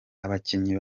abakinnyi